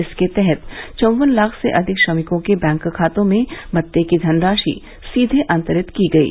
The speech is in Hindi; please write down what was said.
इसके तहत चौवन लाख से अधिक श्रमिकों के बैंक खातों में भत्ते की धनराशि सीधे अन्तरित की गयी